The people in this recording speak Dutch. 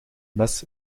mes